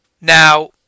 Now